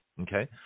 okay